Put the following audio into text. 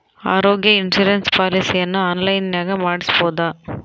ಆರೋಗ್ಯ ಇನ್ಸುರೆನ್ಸ್ ಪಾಲಿಸಿಯನ್ನು ಆನ್ಲೈನಿನಾಗ ಮಾಡಿಸ್ಬೋದ?